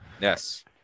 Yes